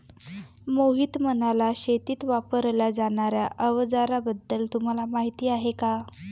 मोहित म्हणाला, शेतीत वापरल्या जाणार्या अवजारांबद्दल तुम्हाला माहिती आहे का?